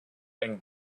and